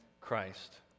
Christ